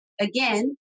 again